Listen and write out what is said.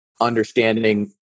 understanding